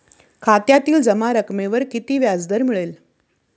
खात्यातील जमा रकमेवर किती व्याजदर मिळेल?